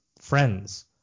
friends